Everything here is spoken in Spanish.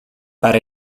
para